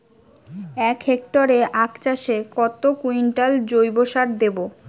এক হেক্টরে আখ চাষে কত কুইন্টাল জৈবসার দেবো?